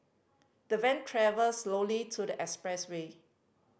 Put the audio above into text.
the van travelled slowly to the expressway